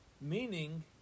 Meaning